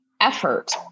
effort